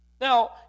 Now